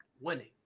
winning